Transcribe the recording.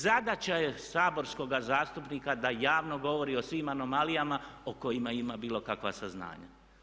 Zadaća je saborskoga zastupnika da javno govori o svim anomalijama o kojima ima bilo kakva saznanja.